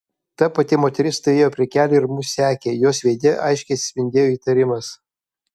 ta pati moteris stovėjo prie kelio ir mus sekė jos veide aiškiai atsispindėjo įtarimas